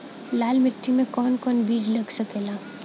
लाल मिट्टी में कौन कौन बीज लग सकेला?